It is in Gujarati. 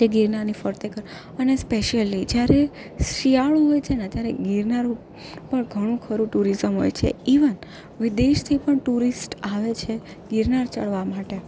જે ગિરનારની ફરતે કર અને સ્પેશિયલી જયારે શિયાળો હોય છે ને ત્યારે ગિરનાર ઉપર પણ ઘણું ખરું ટુરિઝમ હોય છે ઇવન વિદેશથી પણ ટુરિસ્ટ આવે છે ગિરનાર ચડવા માટે